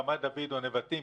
רמת דוד או נבטים?